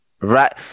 right